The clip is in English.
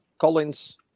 Collins